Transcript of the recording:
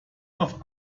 auf